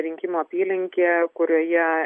rinkimų apylinkę kurioje